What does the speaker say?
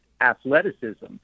athleticism